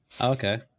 Okay